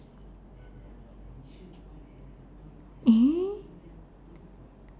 eh